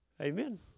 Amen